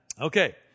Okay